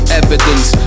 evidence